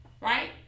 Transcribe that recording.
right